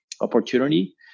opportunity